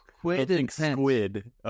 quid